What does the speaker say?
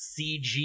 CG